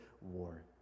war